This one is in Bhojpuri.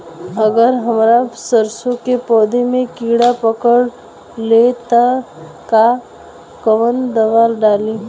अगर हमार सरसो के पेड़ में किड़ा पकड़ ले ता तऽ कवन दावा डालि?